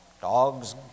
dogs